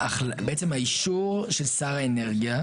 אנחנו יודעים שגם לא משתמשים בסמכות הזאת,